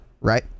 right